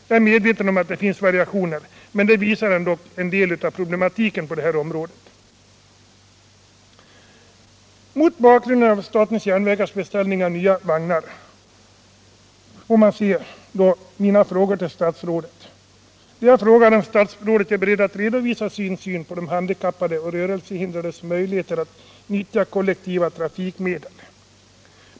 Jag är medveten om att det finns variationer, men det visar ändå en del av problematiken på detta område. Mot bakgrund av SJ:s beställning av nya vagnar får man se mina frågor till statsrådet. Jag frågade om statsrådet är beredd att redovisa sin syn på de handikappades och rörelsehindrades möjligheter att nyttja kollektiva trafikmedel.